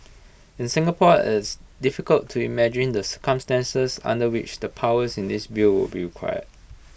in Singapore IT is difficult to imagine the circumstances under which the powers in this bill would be required